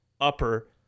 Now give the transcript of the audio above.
upper